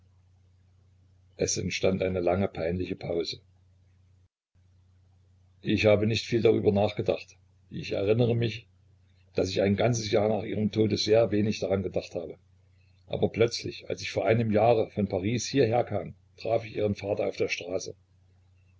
es entstand eine lange peinliche pause ich habe nicht viel darüber nachgedacht ich erinnere mich daß ich ein ganzes jahr nach ihrem tode sehr wenig daran gedacht habe aber plötzlich als ich vor einem jahre von paris hierher kam traf ich ihren vater auf der straße